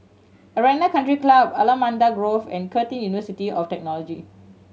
Arena Country Club Allamanda Grove and Curtin University of Technology